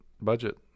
budget